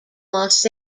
los